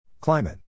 Climate